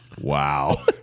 Wow